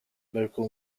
local